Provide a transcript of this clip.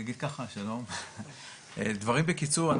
דברים בקיצור,